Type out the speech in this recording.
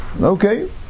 Okay